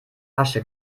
asche